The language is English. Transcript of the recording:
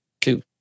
two